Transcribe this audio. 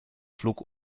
flug